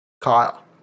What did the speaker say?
Kyle